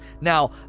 Now